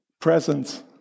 Presence